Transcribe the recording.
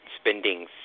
spending